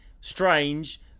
strange